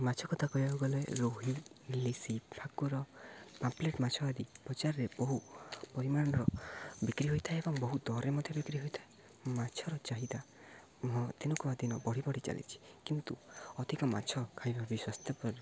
ମାଛ କଥା କହିବାକୁ ଗଲେ ରୋହି ଇଲିଶି ଭାକୁର ପାମ୍ପଲେଟ୍ ମାଛ ଆଦି ବଜାରରେ ବହୁ ପରିମାଣର ବିକ୍ରି ହୋଇଥାଏ ଏବଂ ବହୁ ଦରରେ ମଧ୍ୟ ବିକ୍ରି ହୋଇଥାଏ ମାଛର ଚାହିଦା ଦିନକୁ ଦିନ ବଢ଼ି ବଢ଼ି ଚାଲିଛିି କିନ୍ତୁ ଅଧିକ ମାଛ ଖାଇବା ବିି ସ୍ୱାସ୍ଥ୍ୟ ପ